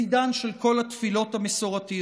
בצידן של כל התפילות המסורתיות: